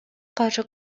каршы